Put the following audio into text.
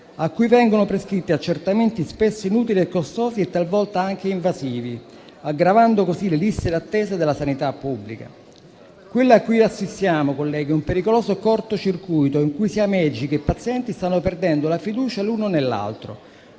a cui vengono prescritti accertamenti spesso inutili, costosi e talvolta anche invasivi, aggravando così le liste di attesa della sanità pubblica. Quello a cui assistiamo, colleghi, è un pericoloso cortocircuito, in cui sia medici che pazienti stanno perdendo la fiducia l'uno nell'altro,